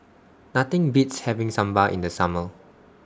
Nothing Beats having Sambal in The Summer